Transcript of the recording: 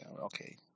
Okay